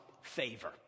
favor